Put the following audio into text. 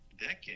decade